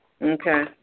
Okay